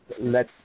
let